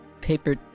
paper